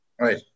Right